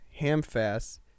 Hamfast